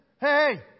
Hey